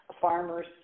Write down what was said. farmers